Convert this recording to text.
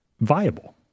viable